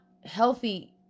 healthy